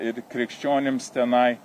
ir krikščionims tenai